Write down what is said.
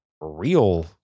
real